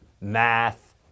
math